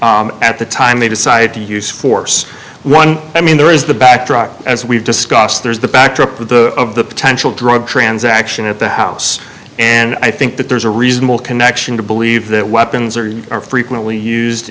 facing at the time they decided to use force one i mean there is the backdrop as we've discussed there's the backdrop of the of the potential drug transaction at the house and i think that there's a reasonable connection to believe that weapons are are frequently used